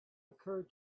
occurred